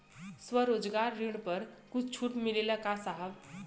स्वरोजगार ऋण पर कुछ छूट मिलेला का साहब?